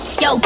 yo